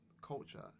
culture